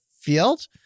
field